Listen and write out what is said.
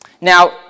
Now